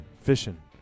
fishing